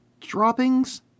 droppings